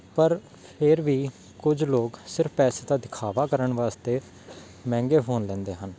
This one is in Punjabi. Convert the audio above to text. ਪਰ ਫੇਰ ਵੀ ਕੁਝ ਲੋਕ ਸਿਰਫ ਪੈਸੇ ਦਾ ਦਿਖਾਵਾ ਕਰਨ ਵਾਸਤੇ ਮਹਿੰਗੇ ਫੋਨ ਲੈਂਦੇ ਹਨ